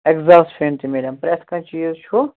exhaust fan تہِ میلَن پرٛٮ۪تھ کانٛہہ چیٖز چھُ